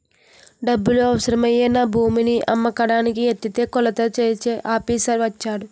డబ్బులు అవసరమై నా భూమిని అమ్మకానికి ఎడితే కొలతలు కొలిచే ఆఫీసర్ వచ్చాడు